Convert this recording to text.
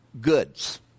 Goods